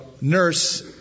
nurse